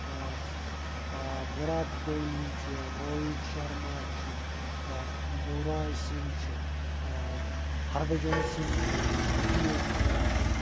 وِراٹھ کوہلی چھِ روہِت شرما چھِ یُوراج سِنٛگھ چھِ ہربَچَن سِنٛگھ چھِ زٔہیٖر خان چھِ